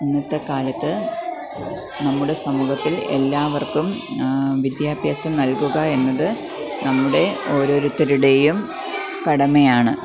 ഇന്നത്തെക്കാലത്ത് നമ്മുടെ സമൂഹത്തിൽ എല്ലാവർക്കും വിദ്യാഭ്യാസം നൽകുകയെന്നത് നമ്മുടെ ഓരോരുത്തരുടെയും കടമയാണ്